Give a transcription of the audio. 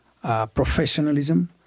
professionalism